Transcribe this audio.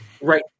right